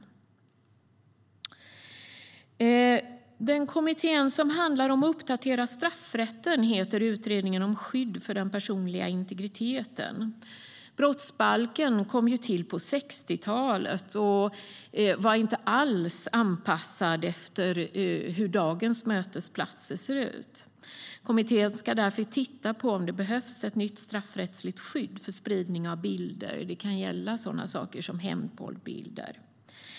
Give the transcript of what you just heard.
Det finns en kommitté som handlar om att uppdatera straffrätten. Det är Utredningen om ett modernt och starkt straffrättsligt skydd för den personliga integriteten. Brottsbalken kom till på 60-talet och är inte alls anpassad efter hur dagens mötesplatser ser ut. Kommittén ska därför titta på om det behövs ett nytt straffrättsligt skydd när det gäller spridning av bilder. Det kan gälla sådana saker som hämndporrbilder.